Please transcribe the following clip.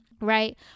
right